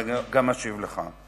ואני גם אשיב לך.